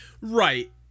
Right